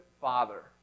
father